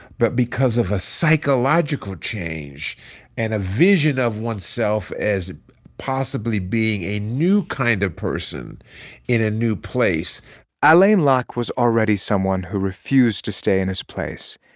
but because of a psychological change and a vision of oneself as possibly being a new kind of person in a new place alain locke was already someone who refused to stay in his place.